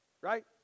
right